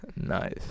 Nice